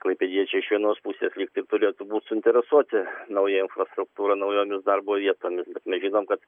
klaipėdiečiai iš vienos pusės lyg tai turėtų būt suinteresuoti nauja infrastruktūra naujomis darbo vietomis mes žinom kad